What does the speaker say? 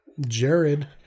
Jared